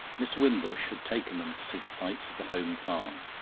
mr. wimbush had taken them to see the sights of the home farm,